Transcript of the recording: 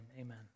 amen